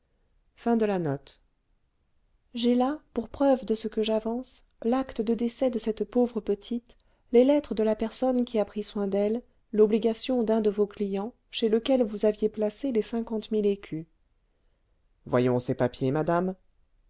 j'ai là pour preuve de ce que j'avance l'acte de décès de cette pauvre petite les lettres de la personne qui a pris soin d'elle l'obligation d'un de vos clients chez lequel vous aviez placé les cinquante mille écus voyons ces papiers madame